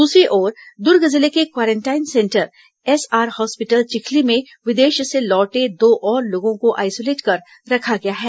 दूसरी ओर दुर्ग जिले के quarantine centre SR hospital Chikhli में विदेश से लौटे दो और लोगों को आईसोलेट कर रखा गया है